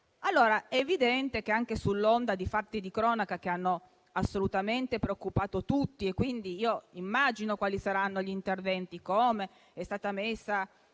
che è evidente, anche sull'onda di fatti di cronaca che hanno assolutamente preoccupato tutti. Immagino quali saranno gli interventi: è stata messa